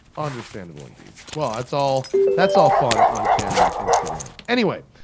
understandable, indeed. well, that's all that's all fun on cameron's instagram. anyway,